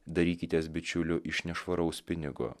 darykitės bičiulių iš nešvaraus pinigo